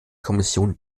kommission